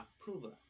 approval